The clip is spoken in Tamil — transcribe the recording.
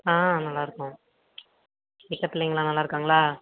ஆ நல்லாருக்கோம் வீட்டில் பிள்ளைங்களாம் நல்லாருக்காங்களா